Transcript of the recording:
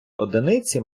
одиниці